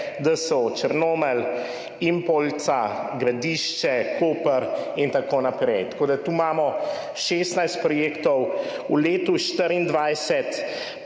DSO Črnomelj, Impoljca, Gradišče, Koper in tako naprej. Tako da tu imamo 16 projektov. V letu 2024